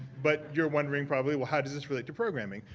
but you're wondering probably, well how does this relate to programming?